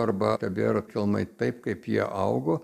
arba tebėra kelmai taip kaip jie augo